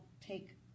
take